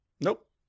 Nope